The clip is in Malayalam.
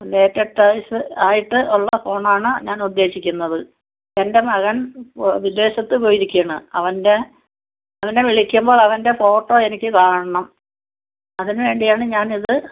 ലേറ്റസ്റ്റായിട്ട് ആയിട്ട് ഉള്ള ഫോണാണ് ഞാൻ ഉദ്ദേശിക്കുന്നത് എൻ്റെ മകൻ ഇപ്പോൾ വിദേശത്ത് പോയിരിക്കുകയാണ് അവൻ്റെ അവനെ വിളിക്കുമ്പോൾ അവൻ്റെ ഫോട്ടോ എനിക്ക് കാണണം അതിന് വേണ്ടിയാണ് ഞാൻ ഇത്